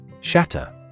Shatter